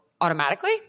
automatically